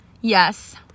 Yes